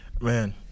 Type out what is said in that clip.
Man